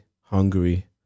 Hungary